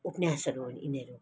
उपन्यासहरू हुन् यिनीहरू